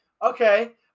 Okay